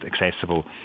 accessible